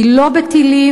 כי לא בטילים,